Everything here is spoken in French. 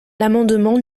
l’amendement